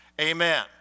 Amen